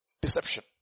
deception